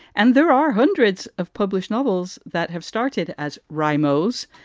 and there are hundreds of published novels that have started as ramos',